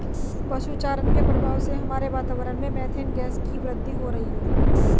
पशु चारण के प्रभाव से हमारे वातावरण में मेथेन गैस की वृद्धि हो रही है